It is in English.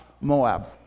Moab